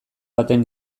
baten